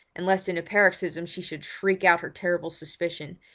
and lest in a paroxysm she should shriek out her terrible suspicion,